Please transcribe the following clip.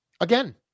Again